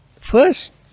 First